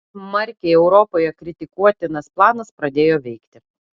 smarkiai europoje kritikuotinas planas pradėjo veikti